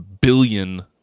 billion